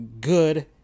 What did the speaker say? good